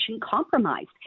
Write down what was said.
compromised